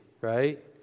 right